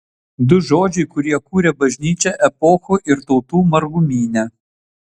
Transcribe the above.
du žodžiai kurie kuria bažnyčią epochų ir tautų margumyne